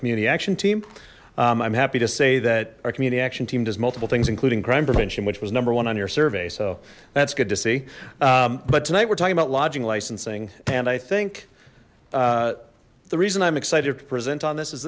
community action team i'm happy to say that our community action team does multiple things including crime prevention which was number one on your survey so that's good to see but tonight we're talking about lodging licensing and i think the reason i'm excited to present on this is